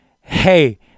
Hey